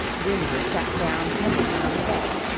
ginger sat down heavily on the bed.